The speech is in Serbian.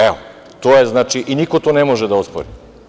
Evo, to je, znači, i niko to ne može da ospori.